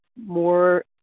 more